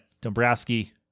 Dombrowski